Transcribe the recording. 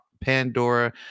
Pandora